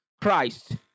Christ